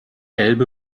elbe